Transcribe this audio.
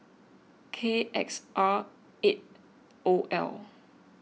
K X R eight O L